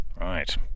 Right